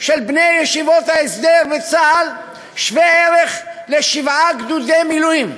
של בני ישיבות ההסדר בצה"ל שווה ערך לשבעה גדודי מילואים.